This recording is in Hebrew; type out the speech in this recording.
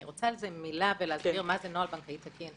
אני רוצה להסביר מה זה נוהל בנקאי תקין.